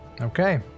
Okay